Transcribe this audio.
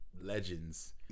legends